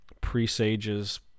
presages